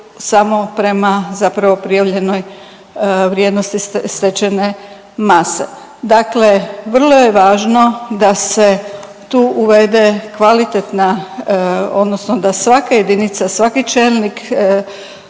samo prema zapravo prijavljenoj vrijednosti stečajne mase. Dakle, vrlo je važno da se tu uvede kvalitetna odnosno da svaka jedinica, svaki čelnik